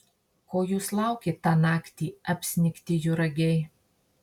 ko jūs laukėt tą naktį apsnigti juragiai